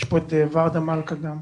יש פה את ורדה מלכה גם,